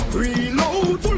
reload